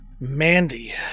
Mandy